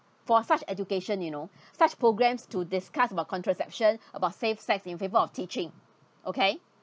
for such education you know such programmes to discuss about contraception about safe sex in favour of teaching okay